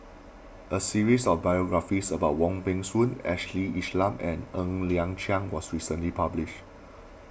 a series of biographies about Wong Peng Soon Ashley Isham and Ng Liang Chiang was recently published